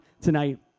tonight